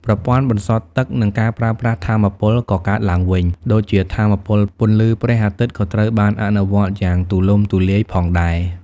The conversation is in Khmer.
ប្រព័ន្ធបន្សុទ្ធទឹក និងការប្រើប្រាស់ថាមពលកកើតឡើងវិញដូចជាថាមពលពន្លឺព្រះអាទិត្យក៏ត្រូវបានអនុវត្តយ៉ាងទូលំទូលាយផងដែរ។